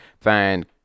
find